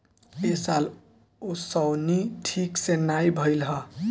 ए साल ओंसउनी ठीक से नाइ भइल हअ